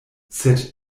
sed